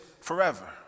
forever